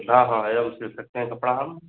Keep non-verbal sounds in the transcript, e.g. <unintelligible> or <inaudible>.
हाँ हाँ <unintelligible> सिल सकते हैं कपड़ा हम